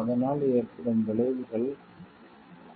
அதனால் ஏற்படும் விளைவுகள்